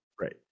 Right